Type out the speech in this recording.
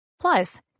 Plus